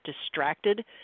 distracted